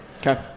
Okay